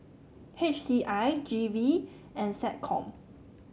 H C I G V and SecCom